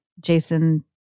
Jason